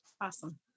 Awesome